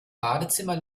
badezimmer